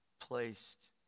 placed